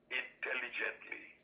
intelligently